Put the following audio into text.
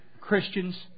Christians